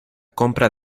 compra